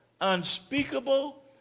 unspeakable